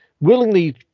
willingly